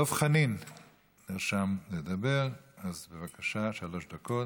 דב חנין נרשם לדבר, אז בבקשה, חמש דקות.